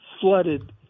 flooded